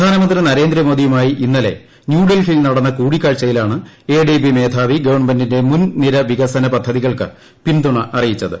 പ്രധാനമന്ത്രി നരേന്ദ്രമോദിയുമായി ഇന്നലെ ന്യൂഡൽഹിയിൽ നടന്ന കൂടിക്കാഴ്ചയിലാണ് എഡിബി മേധാവി ഗവൺമെന്റിന്റെ മുൻനിര വികസന പദ്ധതികൾക്ക് പിൻതുണ അറിയിച്ചത്